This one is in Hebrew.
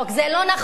זה לא נכון.